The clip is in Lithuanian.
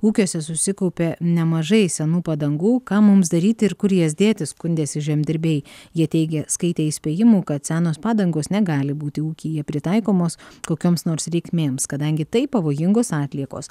ūkiuose susikaupė nemažai senų padangų ką mums daryti ir kur jas dėti skundėsi žemdirbiai jie teigė skaitę įspėjimų kad senos padangos negali būti ūkyje pritaikomos kokioms nors reikmėms kadangi tai pavojingos atliekos